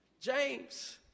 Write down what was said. James